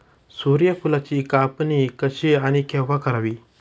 सूर्यफुलाची कापणी कशी आणि केव्हा करावी?